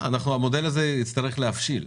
המודל הזה יצטרך להבשיל.